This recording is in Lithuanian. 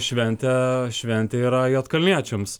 šventę šventė yra juodkalniečiams